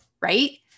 right